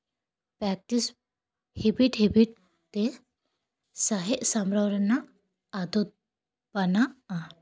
practice habit habit ᱛᱮ ᱥᱟᱦᱮᱫ ᱥᱟᱢᱵᱲᱟᱣ ᱨᱮᱱᱟᱜ ᱟᱫᱚᱛ ᱵᱮᱱᱟᱜᱼᱟ